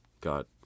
God